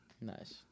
nice